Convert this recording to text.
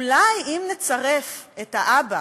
אולי, אם נצרף את האבא,